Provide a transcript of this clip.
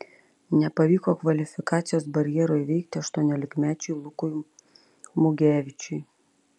nepavyko kvalifikacijos barjero įveikti aštuoniolikmečiui lukui mugevičiui